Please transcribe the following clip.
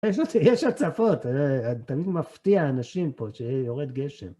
יש הצפות, תמיד מפתיע אנשים פה שיורד גשם.